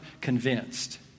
convinced